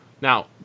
Now